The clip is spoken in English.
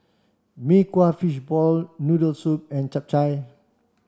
Mee Kuah Fishball Noodle Soup and Chap Chai